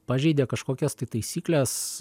pažeidė kažkokias tai taisykles